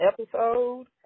episode